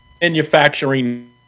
manufacturing